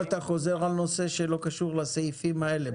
אבל אתה חוזר על נושא שלא קשור לסעיפים האלה.